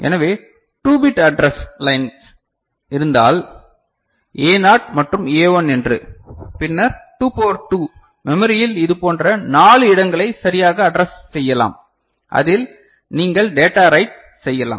எனவே 2 bit address லைன்கள் இருந்தால் Aனாட் மற்றும் A1 என்று பின்னர் 2 பவர் 2 மெமரியில் இதுபோன்ற 4 இடங்களை சரியாக அட்ரஸ் செய்யலாம் அதில் நீங்கள் டேட்டா ரைட் செய்யலாம்